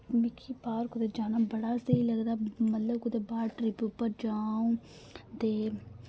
मिकी बाह्र कुतै जाना बड़ा स्हेई लगदा मतलब कुतै बाह्र ट्रिप उप्पर जां अ'ऊं ते